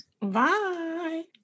Bye